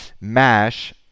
MASH